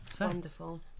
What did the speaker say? Wonderful